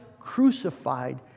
crucified